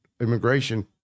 Immigration